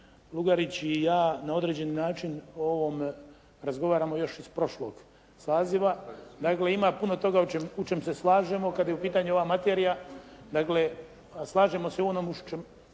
Lugarić i ja na određeni način o ovom razgovaramo još iz prošlog saziva. Dakle, ima puno toga u čem se slažemo kad je u pitanju ova materija. Dakle, slažemo se u onom što